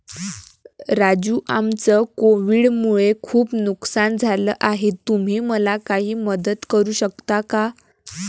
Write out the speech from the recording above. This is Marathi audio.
राजू आमचं कोविड मुळे खूप नुकसान झालं आहे तुम्ही मला काही मदत करू शकता का?